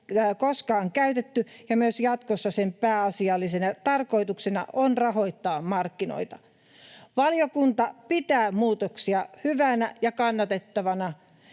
koskaan käytetty, ja myös jatkossa sen pääasiallisena tarkoituksena on rahoittaa markkinoita. Valiokunta pitää muutoksia hyvänä ja kannatettavina,